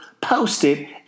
post-it